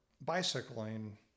bicycling